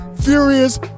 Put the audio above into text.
furious